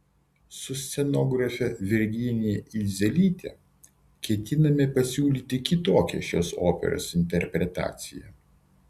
su scenografe virginija idzelyte ketiname pasiūlyti kitokią šios operos interpretaciją